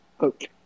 Okay